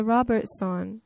Robertson